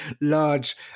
large